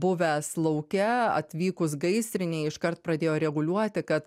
buvęs lauke atvykus gaisrinei iškart pradėjo reguliuoti kad